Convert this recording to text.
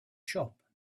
shop